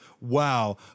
Wow